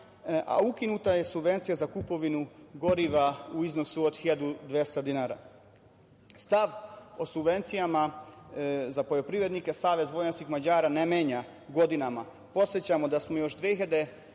a ukinuta je subvencija za kupovinu goriva u iznosu od 1.200 dinara. Stav o subvencijama za poljoprivrednike SVM ne menja godinama. Podsećamo da smo još 2015.